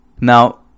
Now